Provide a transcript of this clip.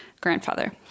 grandfather